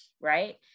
Right